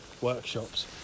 workshops